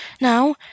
Now